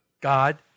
God